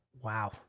wow